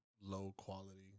low-quality